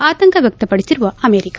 ಅತಂಕ ವ್ಯಕ್ತಪಡಿಸಿರುವ ಅಮೆರಿಕ